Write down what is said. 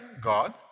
God